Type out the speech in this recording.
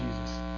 Jesus